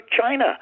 China